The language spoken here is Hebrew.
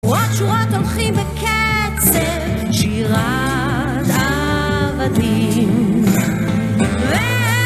עוד שורות הולכים בקצב, שירת עבדים. ו...